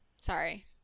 Sorry